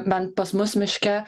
bent pas mus miške